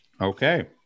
Okay